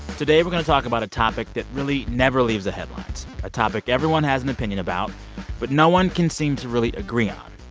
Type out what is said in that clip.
today we're going to talk about a topic that really never leaves the headlines, a topic everyone has an opinion about but no one can seem to really agree on.